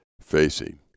facing